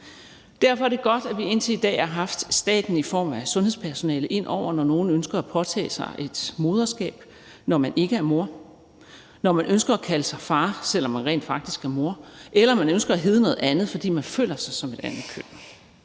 Derfor er det godt, at vi indtil i dag har haft staten i form af sundhedspersonale ind over, når nogen ønskede at påtage sig et moderskab, når man ikke er moder, når man ønsker at kalde sig far, selv om man rent faktisk er mor, eller når man ønsker at hedde noget andet, fordi man føler sig som et andet køn.